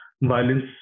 violence